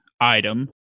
item